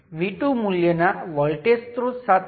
નીચેના લેશનમાં હું આ દરેક પેરામિટર ના સેટનું વર્ણન કરીશ